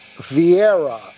Vieira